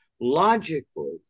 logically